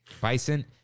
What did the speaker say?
bison